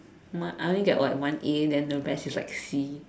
my I only get what one A then the rest is like C